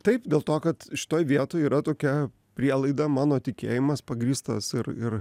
taip dėl to kad šitoj vietoj yra tokia prielaida mano tikėjimas pagrįstas ir ir